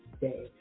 day